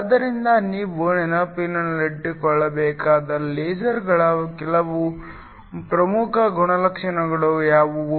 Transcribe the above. ಆದ್ದರಿಂದ ನೀವು ನೆನಪಿನಲ್ಲಿಟ್ಟುಕೊಳ್ಳಬೇಕಾದ ಲೇಸರ್ಗಳ ಕೆಲವು ಪ್ರಮುಖ ಗುಣಲಕ್ಷಣಗಳು ಯಾವುವು